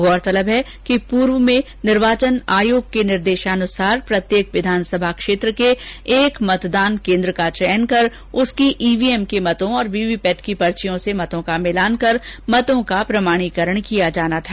गौरतलब है कि पूर्व में निर्वाचन आयोग के निर्देशानुसार प्रत्येक विधानसभा क्षेत्र के एक मतदान केंद्र का चयन कर उसकी ईवीएम के मतों एवं वीवीपैट की पर्चियों से मतों का मिलान कर मतों का प्रमाणीकरण किया जाना था